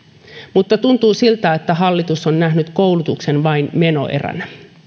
mutta tuntuu siltä että hallitus on nähnyt koulutuksen vain menoeränä